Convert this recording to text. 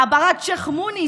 מעברת שייח' מוניס,